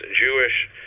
jewish